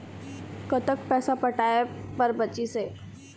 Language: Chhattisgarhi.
कतक पैसा पटाए बर बचीस हे?